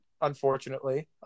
Unfortunately